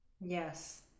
Yes